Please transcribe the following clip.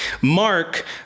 Mark